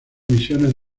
misiones